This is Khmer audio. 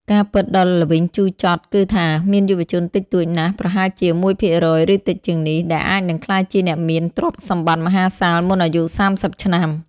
ការពិតដ៏ល្វីងជូរចត់គឺថា មានយុវជនតិចតួចណាស់ ប្រហែលជា ១% ឬតិចជាងនេះ ដែលអាចនឹងក្លាយជាអ្នកមានទ្រព្យសម្បត្តិមហាសាលមុនអាយុ ៣០ ឆ្នាំ។